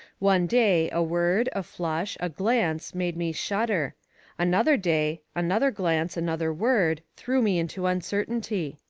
one day a word, a flush, a glance, made me shudder another day, another glance, another word, threw me into uncertainty.